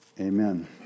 Amen